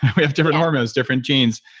we have different hormones, different genes,